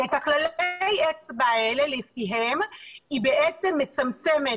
ולפי כללי האצבע האלה היא בעצם מצמצמת